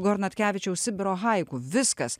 gornatkevičiaus sibiro haiku viskas